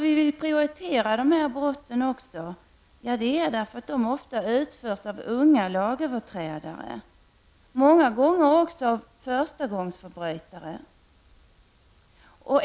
Vi vill prioritera dessa brott eftersom de ofta utförs av unga lagöverträdare och många gånger också av förstagångsförbrytare.